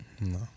No